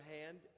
hand